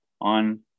on